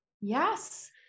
Yes